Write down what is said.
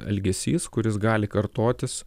elgesys kuris gali kartotis